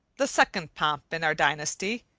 the second pomp in our dynasty,